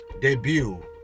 debut